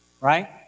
right